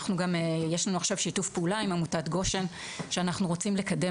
יש לנו עכשיו שיתוף פעולה עם עמותת גושן שאנחנו רוצים לקדם